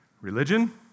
Religion